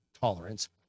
tolerance